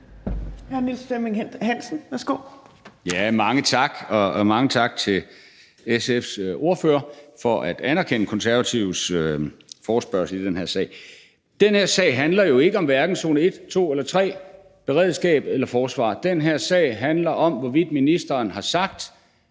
Mange tak, og mange tak til SF's ordfører for at anerkende Konservatives forespørgsel i den her sag. Den her sag handler jo hverken om zone 1, 2 og 3 eller om beredskab og forsvar. Den her sag handler om, hvorvidt ministeren har sagt